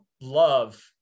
love